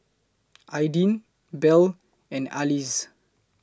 Aydin Bell and Alize